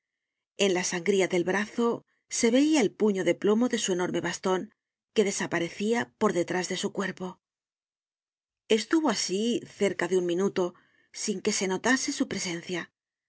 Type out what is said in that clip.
en la sangría del brazo se veia el puño de plomo de su enorme baston que desaparecia por detrás de su cuerpo estuvo asi cerca de un minuto sin que se notase su presencia